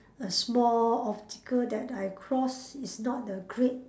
a small obstacle that I cross is not the great